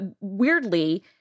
weirdly